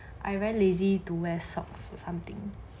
I very lazy to wear socks or something